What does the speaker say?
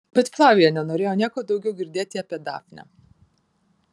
bet flavija nenorėjo nieko daugiau girdėti apie dafnę